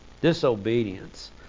Disobedience